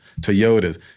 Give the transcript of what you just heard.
Toyotas